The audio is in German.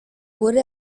wurde